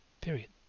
Period